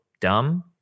dumb